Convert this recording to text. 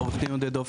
עו"ד עודד אופק,